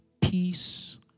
peace